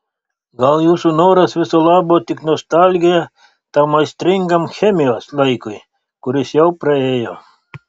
gal jūsų noras viso labo tik nostalgija tam aistringam chemijos laikui kuris jau praėjo